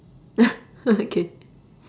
okay